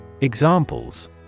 Examples